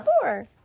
four